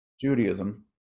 Judaism